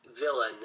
villain